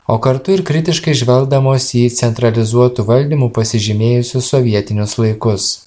o kartu ir kritiškai žvelgdamos į centralizuotu valdymu pasižymėjusius sovietinius laikus